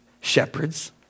shepherds